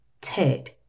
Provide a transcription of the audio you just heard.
ted